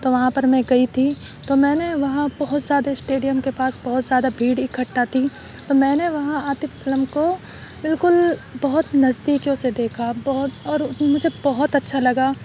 تو وہاں پر میں گئی تھی تو میں نے وہاں بہت زیادہ اسٹیڈیم کے پاس بہت زیادہ بھیڑ اکٹھا تھی تو میں نے وہاں عاطف اسلم کو بالکل بہت نزدیکیوں سے دیکھا بہت اور مجھے بہت اچھا لگا